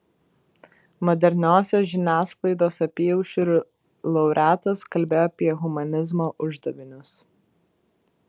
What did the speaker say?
moderniosios žiniasklaidos apyaušriu laureatas kalbėjo apie humanizmo uždavinius